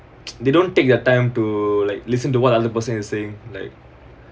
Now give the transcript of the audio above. they don't take your time to like listen to what other person you're saying like